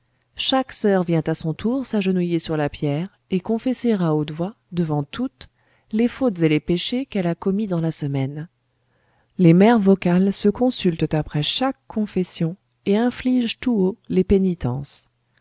chaque soeur vient à son tour s'agenouiller sur la pierre et confesser à haute voix devant toutes les fautes et les péchés qu'elle a commis dans la semaine les mères vocales se consultent après chaque confession et infligent tout haut les pénitences